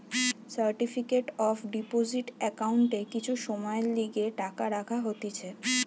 certificate of deposit একাউন্টে কিছু সময়ের লিগে টাকা রাখা হতিছে